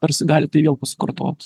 tarsi gali tai vėl pasikartot